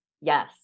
Yes